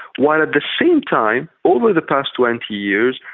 while at the same time over the past twenty years,